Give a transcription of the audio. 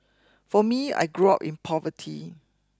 for me I grew up in poverty